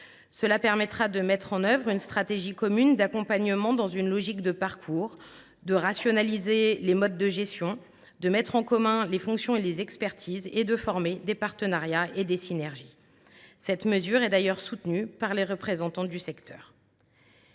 Cela permettra de mettre en œuvre une stratégie commune d’accompagnement dans une logique de parcours, de rationaliser les modes de gestion, de mettre en commun les fonctions et les expertises et de former des partenariats et des synergies. Cette mesure est d’ailleurs soutenue par les représentants du secteur.